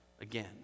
again